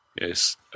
Yes